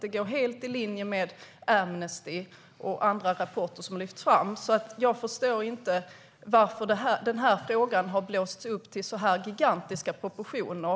Det går helt i linje med Amnestys rapporter och andra rapporter som har lyfts fram. Jag förstår inte varför frågan har blåsts upp till så gigantiska proportioner.